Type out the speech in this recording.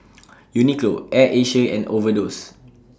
Uniqlo Air Asia and Overdose